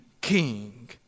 king